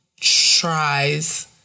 tries